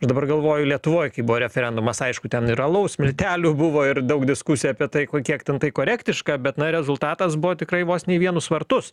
aš dabar galvoju lietuvoj kai buvo referendumas aišku ten ir alaus miltelių buvo ir daug diskusijų apie tai ko kiek ten tai korektiška bet na rezultatas buvo tikrai vos ne į vienus vartus